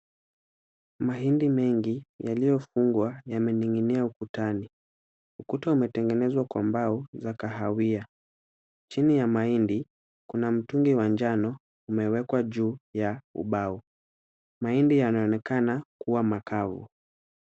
Mahindi mengi yaliyofungwa yamening'inia ukutani. Ukuta umetengenezwa kwa mbao za kahawia. Chini ya mahindi kuna mtungi wa njano umewekwa juu ya ubao. Mahindi yanaonekana kuwa makavu.